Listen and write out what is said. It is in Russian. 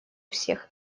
всех